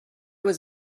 was